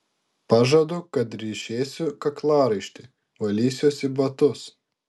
pažadu kad ryšėsiu kaklaraištį valysiuosi batus